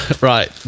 Right